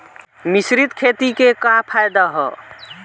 मिश्रित खेती क का फायदा ह?